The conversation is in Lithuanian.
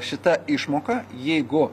šita išmoka jeigu